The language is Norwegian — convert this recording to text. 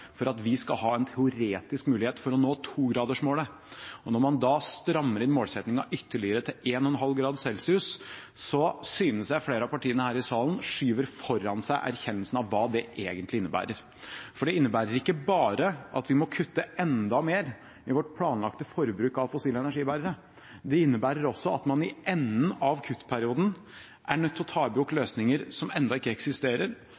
for at vi skal ha en teoretisk mulighet til å nå 2-gradersmålet. Når man da strammer inn målsettingen ytterligere til 1,5 grader, synes jeg flere av partiene her i salen skyver foran seg erkjennelsen av hva det egentlig innebærer. Det innebærer ikke bare at vi må kutte enda mer i vårt planlagte forbruk av fossile energibærere, det innebærer også at man i enden av kuttperioden er nødt til å ta i bruk løsninger som ennå ikke eksisterer,